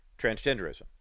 transgenderism